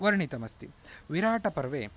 वर्णितमस्ति विराटपर्वे